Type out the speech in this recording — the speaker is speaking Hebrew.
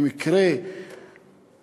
אם יקרה משהו,